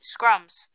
scrums